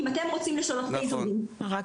אם אתם רוצים לשנות את האיזון --- בית